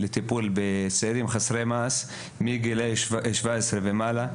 לטיפול בצעירים חסרי מעש מגילאי 17 ומעלה.